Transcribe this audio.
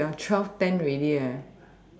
I think we are twelve ten already